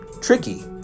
tricky